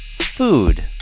Food